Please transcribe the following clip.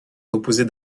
composés